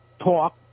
talk